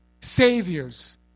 saviors